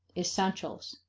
essentials.